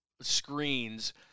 screens